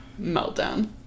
meltdown